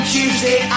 Tuesday